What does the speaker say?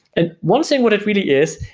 and one thing what it really is,